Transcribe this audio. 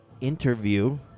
interview